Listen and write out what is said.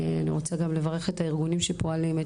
אני רוצה גם לברך את הארגונים שפועלים,